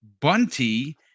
Bunty